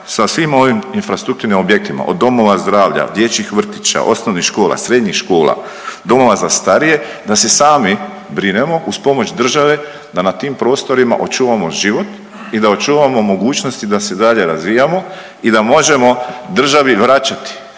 sa svim ovim infrastrukturnim objektima od domova zdravlja, dječjih vrtića, osnovnih škola, srednjih škola, domova za starije da se sami brinemo uz pomoć države, da na tim prostorima očuvamo život i da očuvamo mogućnosti da se dalje razvijamo i da možemo državi vraćati